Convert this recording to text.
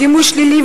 דימוי שלילי,